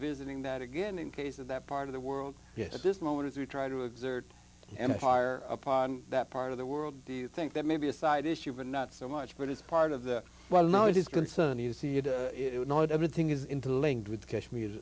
visiting that again in case of that part of the world yet at this moment as we try to exert any higher upon that part of the world do you think that maybe a side issue but not so much but as part of the well now it is concerned you see it not everything is into linked with